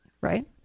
right